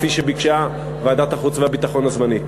כפי שביקשה ועדת החוץ והביטחון הזמנית.